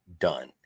done